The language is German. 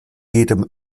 jedem